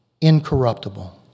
incorruptible